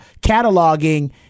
cataloging